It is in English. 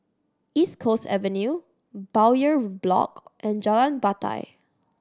East Coast Avenue Bowyer Block and Jalan Batai